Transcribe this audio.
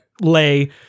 lay